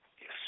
Yes